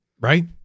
right